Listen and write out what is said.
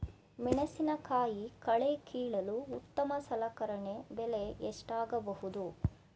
ಮೆಣಸಿನಕಾಯಿ ಕಳೆ ಕೀಳಲು ಉತ್ತಮ ಸಲಕರಣೆ ಬೆಲೆ ಎಷ್ಟಾಗಬಹುದು?